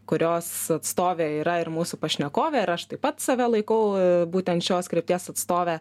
kurios atstovė yra ir mūsų pašnekovė ir aš taip pat save laikau būtent šios krypties atstove